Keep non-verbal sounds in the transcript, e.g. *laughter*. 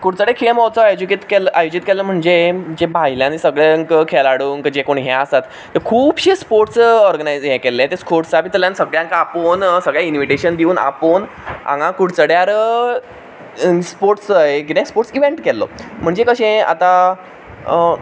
कुडचडे खेळ म्होत्सव *unintelligible* आयोजीत केल्लो म्हणजे जे भायले आनी सगळे खेळाडूंक जे कोण हें आसात खुबशे स्पोर्ट्स ऑर्गनायज केल्ले स्पोर्ट्सा भितरल्यान सगळ्यांक आपोवन सगळ्यांक इन्व्हिटेशन दिवून आपोवन हांगा कुडचड्यार स्पोर्ट्स कितें स्पोर्ट्स इव्हेंट केल्लो म्हणजे कशें आतां